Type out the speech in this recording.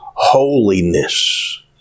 holiness